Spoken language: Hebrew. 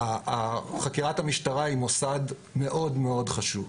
חקירת המשטרה היא מוסד מאוד חשוב.